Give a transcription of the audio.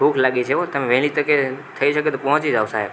ભૂખ લાગી છે હો તમે વહેલી તકે થઈ શકે તો પહોંચી જાઓ સાહેબ